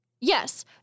Yes